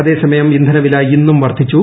അതേസമയം ഇന്ധന വില ഇന്നും വർധിച്ചു